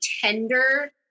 tender